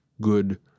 good